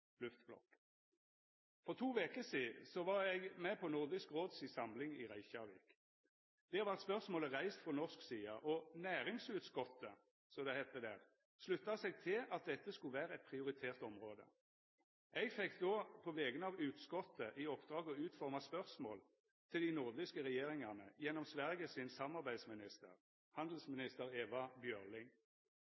For to veker sidan var eg med på Nordisk Råd si samling i Reykjavik. Der vart spørsmålet reist frå norsk side, og Næringsutskottet – som det heitte der – slutta seg til at dette skulle vera eit prioritert område. Eg fekk då på vegner av «utskottet» i oppdrag å utforma spørsmål til dei nordiske regjeringane gjennom Sverige sin